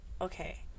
Okay